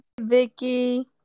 Vicky